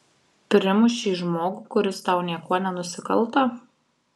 primušei žmogų kuris tau niekuo nenusikalto